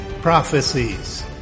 Prophecies